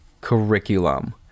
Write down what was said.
curriculum